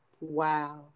Wow